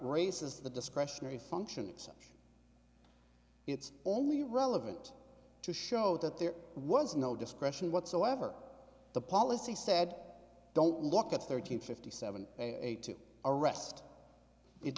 raises the discretionary function exception it's only relevant to show that there was no discretion whatsoever the policy said don't look at thirteen fifty seven eight to arrest it